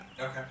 Okay